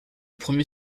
premier